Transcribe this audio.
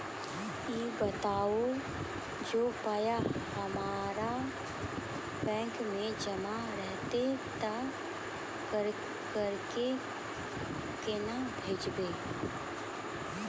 ई बताऊ जे पाय हमर बैंक मे जमा रहतै तऽ ककरो कूना भेजबै?